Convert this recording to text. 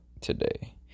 today